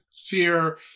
fear